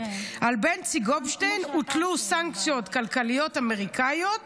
על בנצי גופשטיין הוטלו סנקציות כלכליות אמריקניות